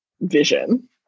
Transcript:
vision